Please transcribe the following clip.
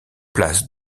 place